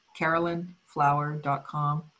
carolynflower.com